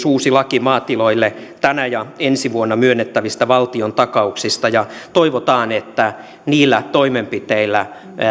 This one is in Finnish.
uusi laki maatiloille tänä ja ensi vuonna myönnettävistä valtiontakauksista ja toivotaan että niillä toimenpiteillä